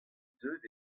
deuet